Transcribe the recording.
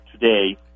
today